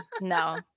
No